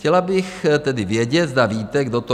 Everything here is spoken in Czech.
Chtěla bych tedy vědět, zda víte, kdo to je?